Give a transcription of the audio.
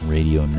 Radio